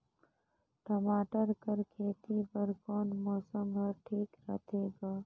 टमाटर कर खेती बर कोन मौसम हर ठीक होथे ग?